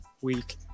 week